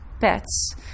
pets